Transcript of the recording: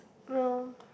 well